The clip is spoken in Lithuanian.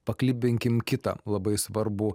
paklibinkim kitą labai svarbų